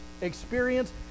experience